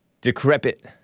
decrepit